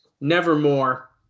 Nevermore